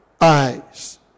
eyes